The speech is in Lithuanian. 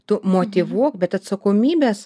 tu motyvuok bet atsakomybės